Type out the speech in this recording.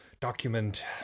document